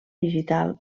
digital